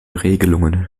regelungen